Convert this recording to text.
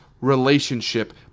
relationship